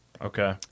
Okay